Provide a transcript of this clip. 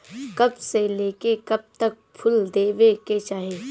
कब से लेके कब तक फुल देवे के चाही?